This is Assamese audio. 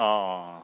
অ' অ'